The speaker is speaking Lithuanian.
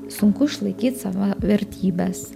sunku išlaikyt savo vertybes